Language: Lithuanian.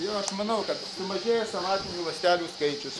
jo aš manau kad sumažėja somatinių ląstelių skaičius